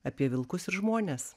apie vilkus ir žmones